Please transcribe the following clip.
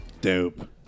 Dope